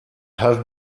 have